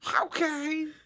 Okay